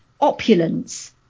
opulence